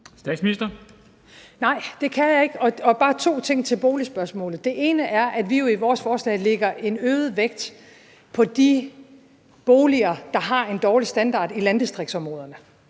Frederiksen): Nej, det kan jeg ikke, og bare to ting i forhold til boligspørgsmålet: Det ene er, at vi jo i vores forslag lægger en øget vægt på de boliger, der har en dårlig standard i landdistriktsområderne.